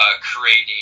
creating